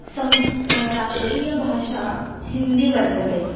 संस् राष्ट्रीयभाषा हिन्दि वर्तते